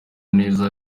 neza